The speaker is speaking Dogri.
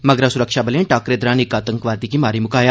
मगरा सुरक्षाबले टाक्करे दौरान इक आतंकवादी गी मारी मुकाया